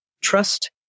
trust